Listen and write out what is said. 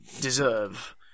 deserve